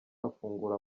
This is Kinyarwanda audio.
afungura